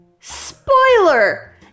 spoiler